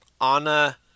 Anna